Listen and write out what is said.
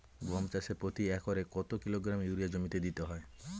গম চাষে প্রতি একরে কত কিলোগ্রাম ইউরিয়া জমিতে দিতে হয়?